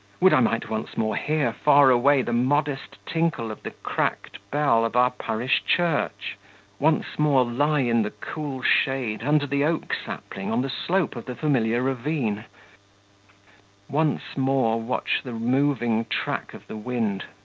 would i might once more hear far away the modest tinkle of the cracked bell of our parish church once more lie in the cool shade under the oak sapling on the slope of the familiar ravine once more watch the moving track of the wind,